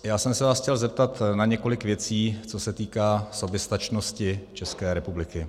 Já jsem se vás chtěl zeptat na několik věcí, co se týká soběstačnosti České republiky.